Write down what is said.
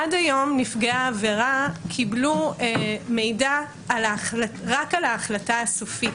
עד היום נפגעי העבירה קיבלו מידע רק על ההחלטה הסופית.